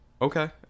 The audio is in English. okay